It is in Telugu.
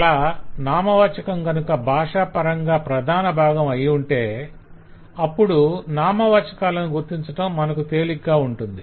అలా నామవాచకం కనుక భాషాపరంగా ప్రధాన భాగం అయిఉంటే అప్పుడు నామవాచాకాలను గుర్తించటం మనకు తేలికగా ఉంటుంది